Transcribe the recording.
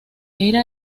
era